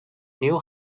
new